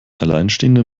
alleinstehende